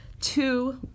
two